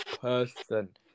person